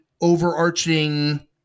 overarching